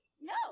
no